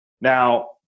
Now